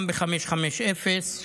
גם ב-550,